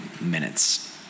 minutes